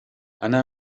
أنا